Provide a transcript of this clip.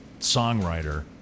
songwriter